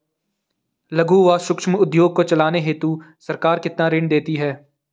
लघु एवं सूक्ष्म उद्योग को चलाने हेतु सरकार कितना ऋण देती है?